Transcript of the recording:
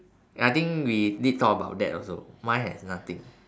I think we did talk about that also mine has nothing